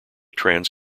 trans